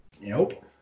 Nope